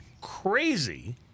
crazy